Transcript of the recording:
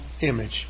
image